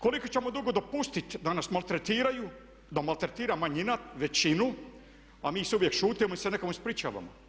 Koliko ćemo dugo dopustit da nas maltretiraju, da maltretira manjina većinu a mi uvijek šutimo ili se nekom ispričavamo?